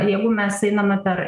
jeigu mes einame per